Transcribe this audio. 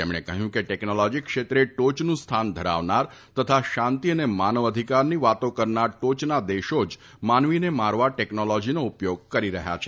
તેમણે કહ્યું કે ટેકનોલોજી ક્ષેત્રે ટોચનું સ્થાન ધરાવનાર તથા શાંતિ અને માનવ અધિકારની વાતો કરનાર ટોચના દેશો જ માનવીને મારવા ટેકનોલોજીનો ઉપયોગ કરી રહ્યા છે